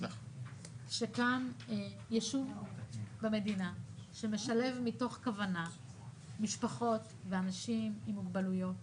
שקם יישוב במדינה שמשלב מתוך כוונה משפחות ואנשים עם מוגבלויות,